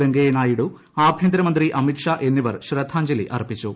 വെങ്കയ്യ നായിഡു ആഭ്യന്തരമന്ത്രി അമിത് ഷാ എന്നിവർ ശ്രദ്ധാഞ്ജലി അർപ്പിച്ചു